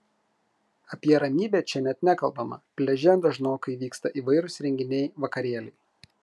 apie ramybę čia net nekalbama pliaže dažnokai vyksta įvairūs renginiai vakarėliai